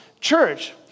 church